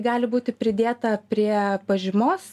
gali būti pridėta prie pažymos